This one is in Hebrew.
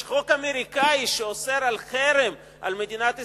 חוק אמריקני שאוסר חרם על מדינת ישראל,